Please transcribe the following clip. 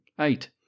Eight